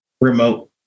remote